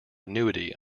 annuity